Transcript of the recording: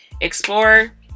explore